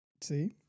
See